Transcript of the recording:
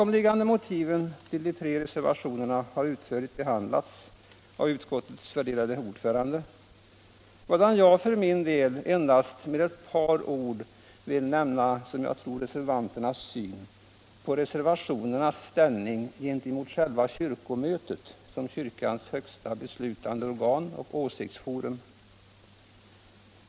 Motiven till de tre reservationerna har utförligt behandlats av utskottets värderade ordförande, vadan jag för min del endast med ett par ord vill försöka redovisa reservanternas syn på själva kyrkomötet som kyrkans högsta beslutande organ och åsiktsforum.